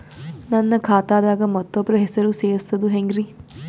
ನನ್ನ ಖಾತಾ ದಾಗ ಮತ್ತೋಬ್ರ ಹೆಸರು ಸೆರಸದು ಹೆಂಗ್ರಿ?